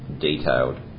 detailed